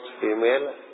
female